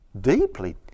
Deeply